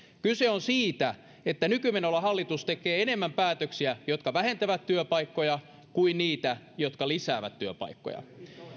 kyse on siitä että nykymenolla hallitus tekee enemmän päätöksiä jotka vähentävät työpaikkoja kuin niitä jotka lisäävät työpaikkoja